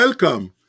Welcome